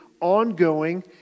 ongoing